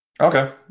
Okay